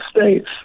states